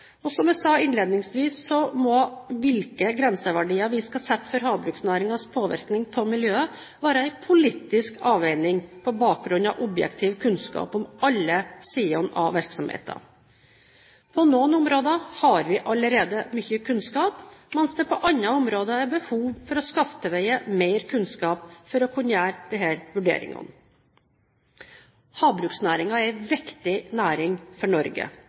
Som jeg sa innledningsvis, må hvilke grenseverdier vi skal sette for havbruksnæringens påvirkning på miljøet, være en politisk avveining på bakgrunn av objektiv kunnskap om alle sider av virksomheten. På noen områder har vi allerede mye kunnskap, mens det på andre områder er behov for å skaffe til veie mer kunnskap for å kunne foreta disse vurderingene. Havbruksnæringen er en viktig næring for Norge.